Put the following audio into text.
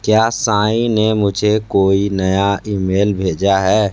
क्या साई ने मुझे कोई नया ईमेल भेजा है